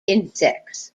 insects